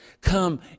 Come